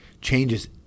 Changes